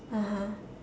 (uh huh)